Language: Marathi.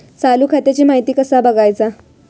चालू खात्याची माहिती कसा बगायचा?